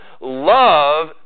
love